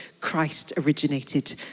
Christ-originated